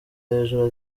hejuru